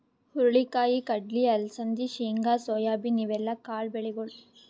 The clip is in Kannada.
ಹುರಳಿ ಕಾಯಿ, ಕಡ್ಲಿ, ಅಲಸಂದಿ, ಶೇಂಗಾ, ಸೋಯಾಬೀನ್ ಇವೆಲ್ಲ ಕಾಳ್ ಬೆಳಿಗೊಳ್